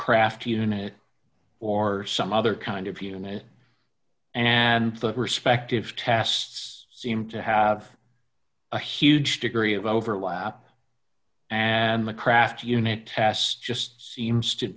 craft unit or some other kind of unit and the respective tests seem to have a huge degree of overlap and the craft unit test just seems to